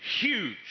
huge